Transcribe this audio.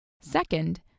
Second